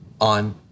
on